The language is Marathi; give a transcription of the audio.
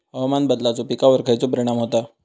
हवामान बदलाचो पिकावर खयचो परिणाम होता?